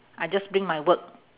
I just bring my work